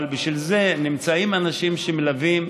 אבל בשביל זה נמצאים אנשים שמלווים,